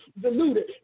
diluted